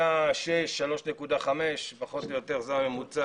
3.6 או 3.5. פחות או יןתר זה הממוצע.